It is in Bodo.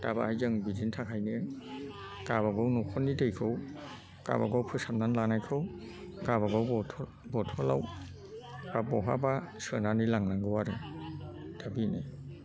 दा बेहाय जों बिदिनि थाखायनो गावबा गाव न'खरनि दैखौ गावबा गाव फोसाबनानै लानायखौ गावबा गाव बथल बथलाव बा बहाबा सोनानै लांनांगौ आरो दा बेनो